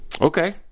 Okay